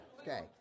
Okay